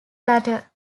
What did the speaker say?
latter